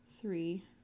three